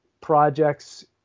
projects